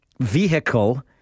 vehicle